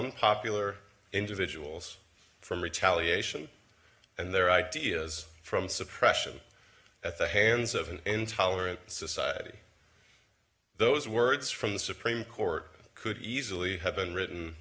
unpopular individuals from retaliation and their ideas from suppression at the hands of an intolerant society those words from the supreme court could easily have been written